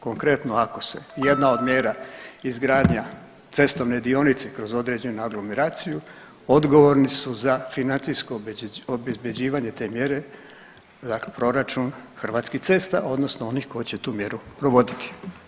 Konkretno ako se jedna od mjera izgradnja cestovne dionice kroz određenu aglomeraciju odgovorni su za financijsko obezbjeđivanje te mjere dakle proračun Hrvatskih cesta, odnosno onih tko će tu mjeru provoditi.